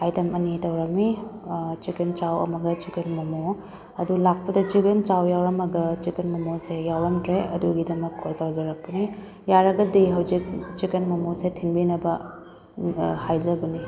item ꯑꯅꯤ ꯇꯧꯔꯝꯃꯤ chicken chow ꯑꯃꯒ ꯆꯤꯡꯀꯟ ꯃꯣꯃꯣ ꯑꯗꯨ ꯂꯥꯛꯄꯗ ꯆꯤꯛꯀꯟ ꯆꯧ ꯌꯥꯎꯔꯝꯃꯒ ꯆꯤꯛꯀꯟ ꯃꯣꯃꯣꯁꯦ ꯌꯥꯎꯔꯝꯗ꯭ꯔꯦ ꯑꯗꯨꯒꯤꯗꯃꯛ ꯀꯣꯜ ꯇꯧꯖꯔꯛꯄꯅꯦ ꯌꯥꯔꯒꯗꯤ ꯍꯧꯖꯤꯛ ꯆꯤꯛꯀꯟ ꯃꯣꯃꯣꯁꯦ ꯊꯤꯟꯕꯤꯅꯕ ꯍꯥꯏꯖꯕꯅꯤ